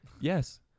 Yes